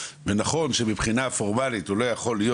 ונכון שמבחינה פורמלית הוא לא יכול להיות